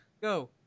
go